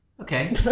Okay